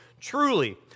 Truly